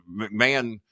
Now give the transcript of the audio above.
McMahon